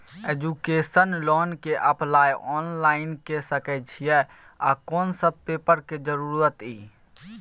Education loan के apply online के सके छिए आ कोन सब पेपर के जरूरत इ?